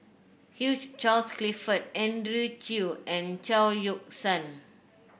Hugh Charles Clifford Andrew Chew and Chao Yoke San